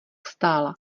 stála